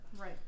right